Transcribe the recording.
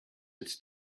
its